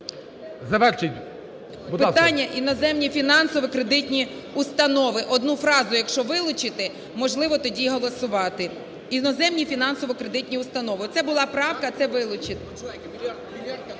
…питання "іноземні фінансово-кредитні установи". Одну фразу, якщо вилучити, можливо, тоді голосувати. "Іноземні фінансово-кредитні установи". Це була правка, це вилучити.